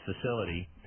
facility